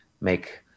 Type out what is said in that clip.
make